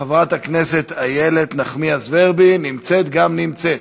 חברת הכנסת איילת נחמיאס ורבין, נמצאת גם נמצאת.